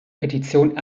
petitionen